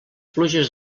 pluges